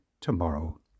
tomorrow